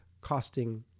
costing